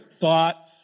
thought